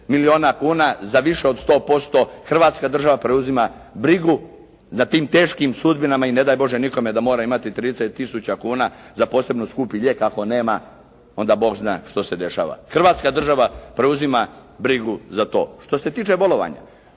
milijuna kuna za više od 100% Hrvatska država preuzima brigu za tim teškim sudbinama i ne daj Bože nikome da mora imati 30 tisuća kuna za posebno skupi lijek, ako nema, onda Bog zna što se dešava. Hrvatska država preuzima brigu za to. Što se tiče bolovanja,